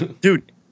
dude